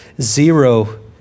zero